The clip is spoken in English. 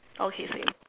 okay same